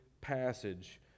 passage